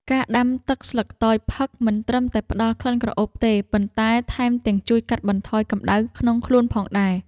ការដាំទឹកស្លឹកតយផឹក មិនត្រឹមតែផ្តល់ក្លិនក្រអូបទេ ប៉ុន្តែថែមទាំងជួយកាត់បន្ថយកម្តៅក្នុងខ្លួនផងដែរ។